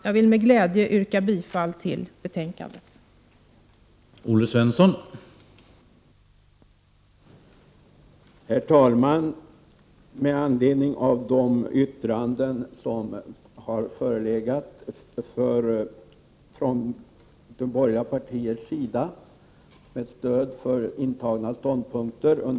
Jag vill med glädje yrka bifall till utskottets hemställan.